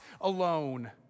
alone